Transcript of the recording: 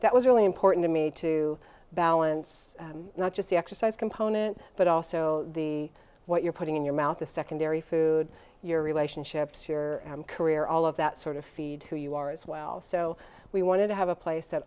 that was really important to me to balance not just the exercise component but also the what you're putting in your mouth the secondary food your relationships your career all of that sort of feeds who you are as well so we wanted to have a place that